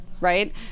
right